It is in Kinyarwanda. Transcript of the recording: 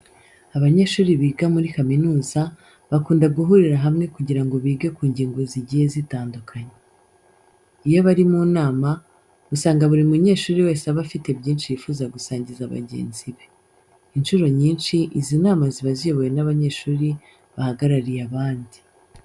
Abanyeshuri biga muri kaminuza, bakunda guhurira hamwe kugira ngo bige ku ngingo zigiye zitandukanye. Iyo bari mu nama usanga buri munyeshuri wese aba afite byinshi yifuza gusangiza bagenzi be. Incuro nyinshi izi nama ziba ziyobowe n'abanyeshuri bahagarariye abandi.